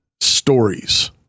stories